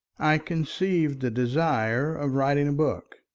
i conceived the desire of writing a book.